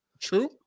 True